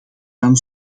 dan